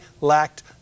lacked